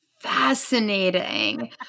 fascinating